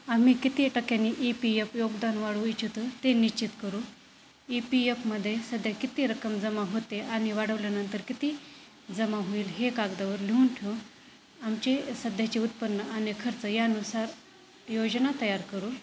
आम्ही किती टक्क्यानी ई पी यफ योगदान वाढवू इच्छतो ते निश्चित करू ई पी यफमध्ये सध्या किती रक्कम जमा होते आणि वाढवल्यानंतर किती जमा होईल हे कागदावर लिहून ठेवू आमचे सध्याचे उत्पन्न आणि खर्च यानुसार योजना तयार करू